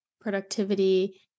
productivity